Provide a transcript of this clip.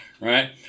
right